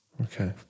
Okay